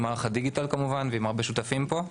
מערך הדיגיטל כמובן ועם הרבה שותפים פה.